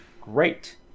great